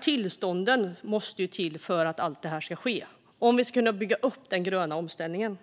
Tillstånden måste nämligen till för att allt detta ska kunna ske, herr talman - för att vi ska kunna bygga upp den gröna omställningen.